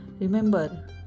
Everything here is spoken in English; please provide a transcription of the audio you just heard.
Remember